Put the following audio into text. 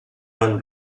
wine